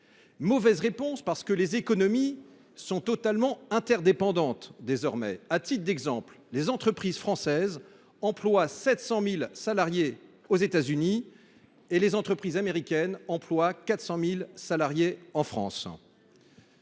mauvaise réponse, parce que nos économies sont désormais totalement interdépendantes. À titre d’exemple, les entreprises françaises emploient 700 000 salariés aux États Unis quand les entreprises américaines emploient 400 000 salariés en France.